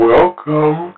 Welcome